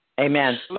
Amen